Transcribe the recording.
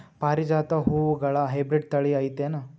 ಪಾರಿಜಾತ ಹೂವುಗಳ ಹೈಬ್ರಿಡ್ ಥಳಿ ಐತೇನು?